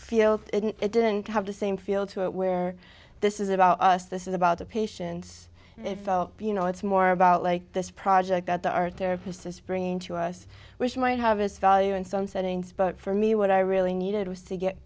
feel it didn't have the same feel to it where this is about us this is about the patients they felt you know it's more about like this project that the art therapist is bringing to us which might have its value in some settings but for me what i really needed was to get